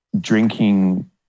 drinking